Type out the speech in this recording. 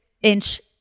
inch